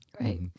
Right